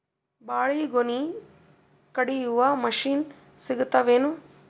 ಬಾಳಿಗೊನಿ ಕಡಿಯು ಮಷಿನ್ ಸಿಗತವೇನು?